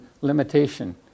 limitation